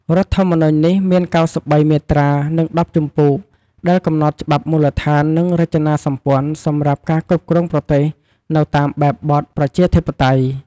រដ្ឋធម្មនុញ្ញនេះ មាន ៩៣ មាត្រា និង ១០ ជំពូក ដែលកំណត់ច្បាប់មូលដ្ឋាន និងរចនាសម្ព័ន្ធសម្រាប់ការគ្រប់គ្រងប្រទេសនៅតាមបែបបទប្រជាធិបតេយ្យ។